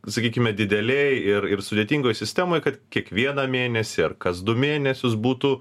sakykime didelėj ir ir sudėtingoj sistemoj kad kiekvieną mėnesį ar kas du mėnesius būtų